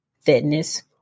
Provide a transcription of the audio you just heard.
fitness